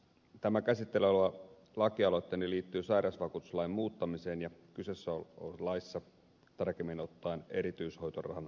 tämä käsitteillä oleva lakialoitteeni liittyy sairausvakuutuslain muuttamiseen ja kyseisessä laissa tarkemmin ottaen erityishoitorahan maksamisen edellytyksiin